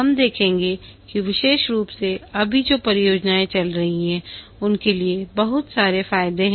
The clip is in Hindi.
हम देखेंगे कि विशेष रूप से अभी जो परियोजनाएं चल रही हैं उनके लिए बहुत सारे फायदे हैं